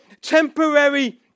temporary